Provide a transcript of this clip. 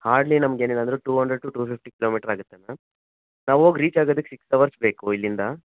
hardly ನಮ್ಗೆ ಏನಿಲ್ಲ ಅಂದರೂ two hundred two two fifty kilometre ಆಗುತ್ತೆ ಮ್ಯಾಮ್ ನಾವು ಹೋಗ್ ರೀಚ್ ಆಗದಿಕ್ಕೆ ಸಿಕ್ಸ್ ಅವರ್ಸ್ ಬೇಕು ಇಲ್ಲಿಂದ